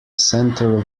centre